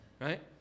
right